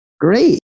great